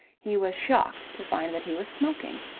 he was shocked to find that he was smoking.